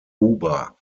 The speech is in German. huber